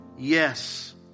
yes